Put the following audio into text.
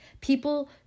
people